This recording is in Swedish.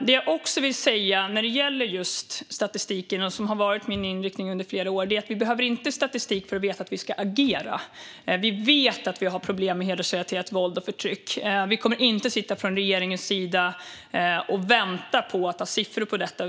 Det jag också vill säga när det gäller just statistiken är - och det har varit min inriktning under flera år - att vi inte behöver statistik för att veta att vi ska agera. Vi vet att vi har problem med hedersrelaterat våld och förtryck, och från regeringens sida kommer vi inte att sitta och vänta på att få siffror på detta.